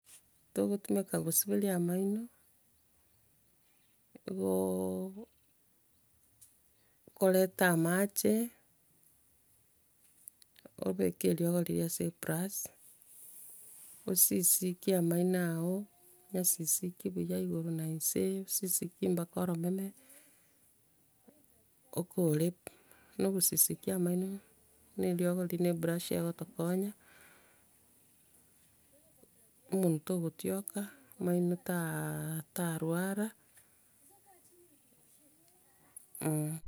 Togotumeka gosiberia amaino, nigo okoreta amache, obeke eriogo riria ase ebrush, osisikie amaino ago, onyasisikie buya igoro na inse, osisikie mpaka oromeme okore- b, bono, ogosisikie amaino na eriogo riria na ebrush egotokonya, omonwe togotioka, amaino ta- a- tarwara, em